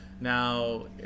now